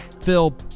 Phil